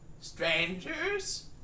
Strangers